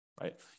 right